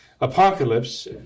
apocalypse